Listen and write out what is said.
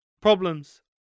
Problems